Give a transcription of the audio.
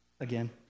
again